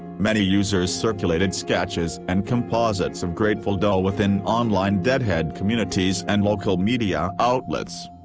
many users circulated sketches and composites of grateful doe within online deadhead communities and local media outlets.